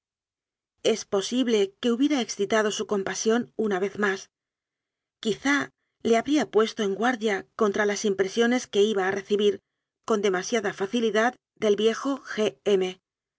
es posible que hubiera excitado su compasión una vez más quizá le habría puesto en guardia contra las impresiones que iba a reci bir con demasiada facilidad del viejo